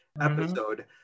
episode